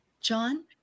John